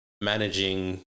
managing